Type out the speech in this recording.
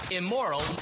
immoral